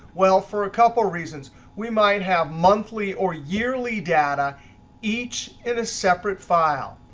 well, for a couple reasons. we might have monthly or yearly data each in a separate file.